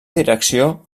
direcció